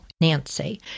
Nancy